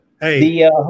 Hey